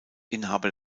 inhaber